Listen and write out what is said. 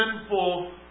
sinful